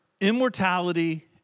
immortality